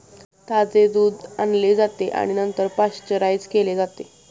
ताजे दूध आणले जाते आणि नंतर पाश्चराइज केले जाते